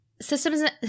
systems